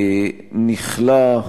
נכלא,